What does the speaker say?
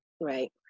Right